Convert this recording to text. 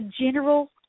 general